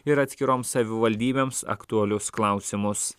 ir atskiroms savivaldybėms aktualius klausimus